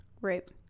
Right